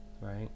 Right